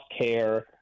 care